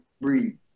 breathe